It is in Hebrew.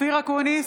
(קוראת בשמות חברי הכנסת) אופיר אקוניס,